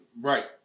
Right